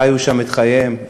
חיו שם את חייהם,